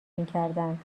میکردند